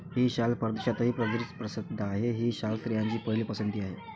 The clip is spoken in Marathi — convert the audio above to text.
ही शाल परदेशातही बरीच प्रसिद्ध आहे, ही शाल स्त्रियांची पहिली पसंती आहे